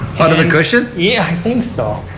out of the cushion? yeah i think so.